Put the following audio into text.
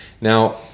now